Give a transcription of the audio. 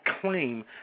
claim